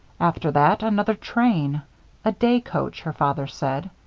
after that, another train a day coach, her father said.